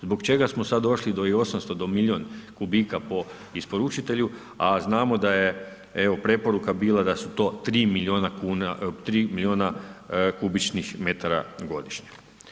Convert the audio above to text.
Zbog čega smo sad došli do ovih 800, do milijun kubika po isporučitelju a znamo da je evo preporuka bila da su to 3 milijuna kubičnih metara godišnje.